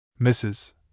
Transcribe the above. Mrs